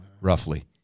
roughly